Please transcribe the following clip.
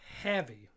heavy